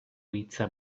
hitza